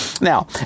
Now